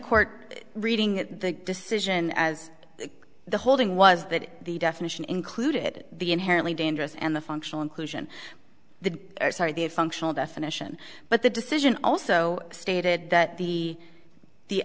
court reading the decision as the holding was that the definition included the inherently dangerous and the functional inclusion the the a functional definition but the decision also stated that the the